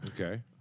Okay